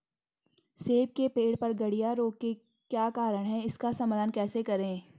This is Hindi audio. सेब के पेड़ पर गढ़िया रोग के क्या कारण हैं इसका समाधान कैसे करें?